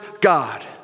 God